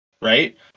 Right